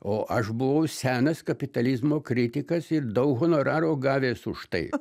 o aš buvau senas kapitalizmo kritikas ir daug honoraro gavęs už tai